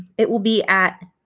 it will be at